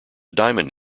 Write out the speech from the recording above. diamond